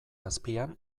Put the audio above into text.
azpian